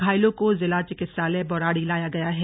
घायलों को जिला चिकित्सालय बौराड़ी लाया गया है